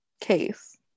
case